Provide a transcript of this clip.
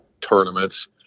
tournaments